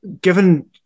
given